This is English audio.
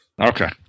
Okay